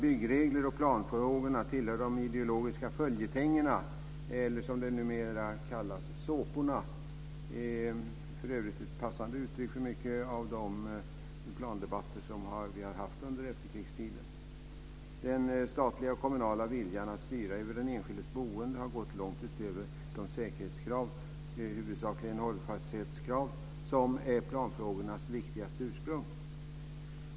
Byggregler och planfrågor tillhör de ideologiska följetongerna eller, som det numera kallas, såporna - för övrigt ett passande uttryck för mycket av de plandebatter vi haft under efterkrigstiden. Den statliga och kommunala viljan att styra över den enskildes boende har gått långt utöver de säkerhetskrav, huvudsakligen hållfasthetskrav, som är planfrågornas viktigaste ursprung.